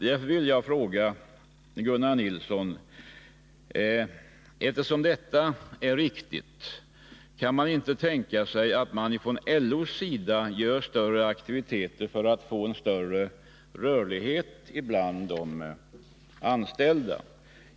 Därför vill jag fråga Gunnar Nilsson: Eftersom detta är ett faktum, kan man inte tänka sig att det från LO:s sida görs mer för att få en större rörlighet bland de anställda?